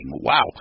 Wow